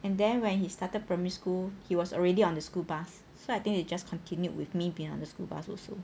and then when he started primary school he was already on the school bus so I think they just continued with me being in the school bus also